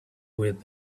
with